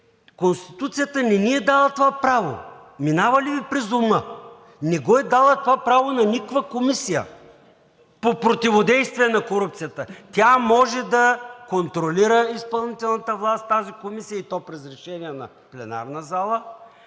Конституцията не ни е дала това право, минава ли Ви през ума? Не е дала това право на никаква комисия по противодействие на корупцията. Тя може да контролира изпълнителната власт тази комисия, и то през решение на пленарната зала,